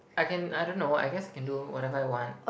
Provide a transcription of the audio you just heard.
I can I don't know I guess I can do whatever I want